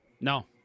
No